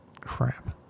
Crap